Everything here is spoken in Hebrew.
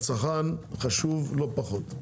הצרכן חשוב לא פחות.